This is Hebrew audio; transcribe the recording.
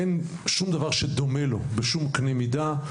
אין שום דבר שדומה לו בשום קנה מידה,